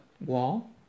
wall